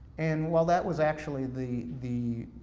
and while that was actually the the